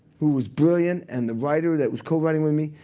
who was brilliant, and the writer that was co-writing with me.